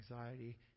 anxiety